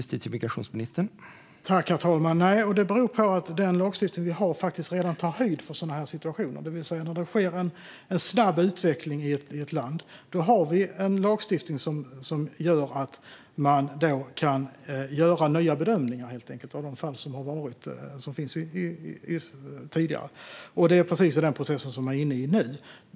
Herr talman! Nej, och det beror på att den lagstiftning vi har faktiskt redan tar höjd för sådana här situationer. När det sker en snabb utveckling i ett land har vi en lagstiftning som gör att man kan göra nya bedömningar av de fall som finns sedan tidigare. Det är precis den processen som man är inne i nu.